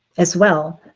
as well.